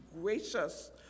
gracious